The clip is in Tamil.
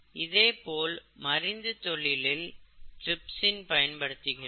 இதே போல் மருந்து தொழிலில் டிரிப்சின் பயன்படுத்தப்படுகிறது